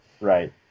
Right